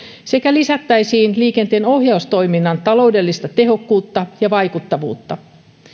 sekä lisättäisiin liikenteenohjaustoiminnan taloudellista tehokkuutta ja vaikuttavuutta